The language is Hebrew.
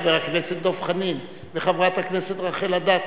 חבר הכנסת דב חנין וחברת הכנסת רחל אדטו.